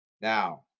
Now